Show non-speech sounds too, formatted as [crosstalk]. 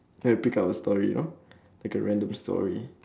ya pick up a story lor [noise] like a random story